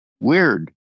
Weird